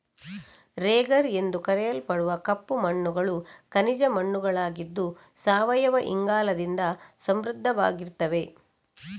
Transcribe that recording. ರೆಗರ್ ಎಂದು ಕರೆಯಲ್ಪಡುವ ಕಪ್ಪು ಮಣ್ಣುಗಳು ಖನಿಜ ಮಣ್ಣುಗಳಾಗಿದ್ದು ಸಾವಯವ ಇಂಗಾಲದಿಂದ ಸಮೃದ್ಧವಾಗಿರ್ತವೆ